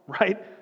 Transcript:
right